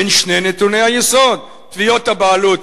בין שני נתוני היסוד: תביעות הבעלות,